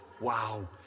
wow